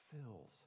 Fills